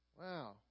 Wow